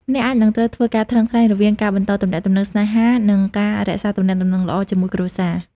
អ្នកអាចនឹងត្រូវធ្វើការថ្លឹងថ្លែងរវាងការបន្តទំនាក់ទំនងស្នេហា និងការរក្សាទំនាក់ទំនងល្អជាមួយគ្រួសារ។